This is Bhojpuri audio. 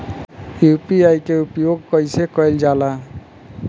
यू.पी.आई के उपयोग कइसे कइल जाला?